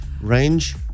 range